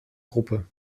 gruppe